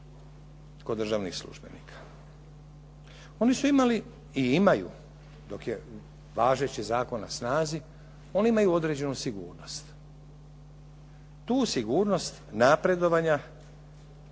kod državnih službenika? Oni su imali i imaju dok je važeći zakon na snazi, oni imaju određenu sigurnost. Tu sigurnost napredovanja